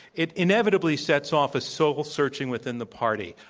it inevitably sets off soul searching within the party.